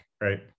right